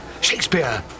Shakespeare